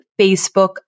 Facebook